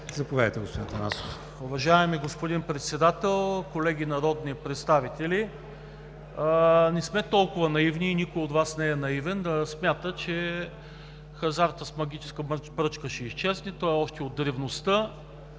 Заповядайте, господин Атанасов.